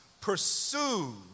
Pursue